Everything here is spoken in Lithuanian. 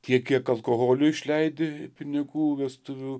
tiek kiek alkoholiui išleidi pinigų vestuvių